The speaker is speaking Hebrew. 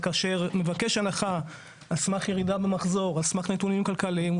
כאשר הוא מבקש הנחה על סמך ירידה במחזור או נתונים כלכליים,